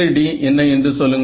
Z2d என்ன என்று சொல்லுங்கள்